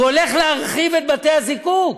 הוא הולך להרחיב את בתי הזיקוק,